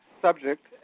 subject